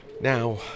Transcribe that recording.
now